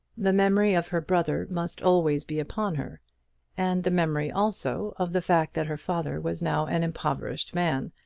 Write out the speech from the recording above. the memory of her brother must always be upon her and the memory also of the fact that her father was now an impoverished man,